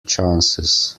chances